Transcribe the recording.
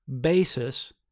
basis